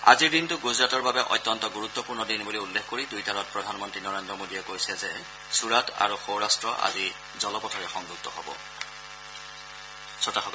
আজিৰ দিনটো গুজৰাটৰ বাবে অত্যন্ত গুৰুত্বপূৰ্ণ দিন বুলি উল্লেখ কৰি টুইটাৰত প্ৰধানমন্ত্ৰী নৰেন্দ্ৰ মোদীয়ে কৈছে যে চুৰাট আৰু সৌৰাট্ট আজি জলপথেৰে সংযুক্ত হ'ব